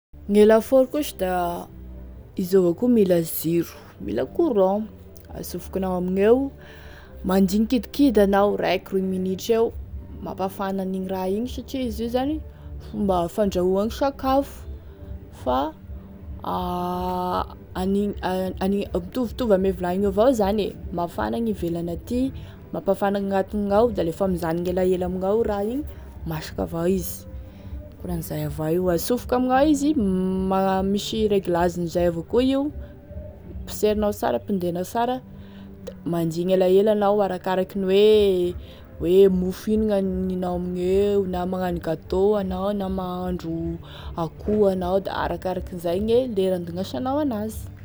Gne lafaoro koa sa da, izy avao koa mila ziro, mila courant, asofokinao amigneo, mandigny kidikidy anao raiky roa minitry eo, mampafana an'igny raha igny satria izy io zany fomba fandrahoagny sakafo fa anigny anigny mitovitovy ame vilagny io avao zany e, mafana gn'ivelagny aty, mampafagna gn'agnatiny ao, da lefa mizanogny elaela amignao raha igny masaky avao izy ankonan'izay avao izy da asofoky amignao, magna- misy réglage an'izay avao koa io, poserinao sara, pindenao sara, da mandigny elaela anao arakaraky ny hoe hoe mofo ino gn'aninao amigneo, na magnano gâteau anao na mahandro akoho anao da arakaraky izay e lera handignasanao an'azy.